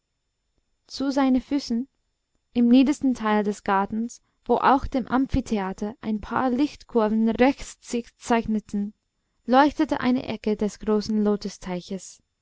zu seinen füßen im niedersten teil des gartens wo auch vom amphitheater ein paar lichtkurven rechts sich zeichneten leuchtete eine ecke des großen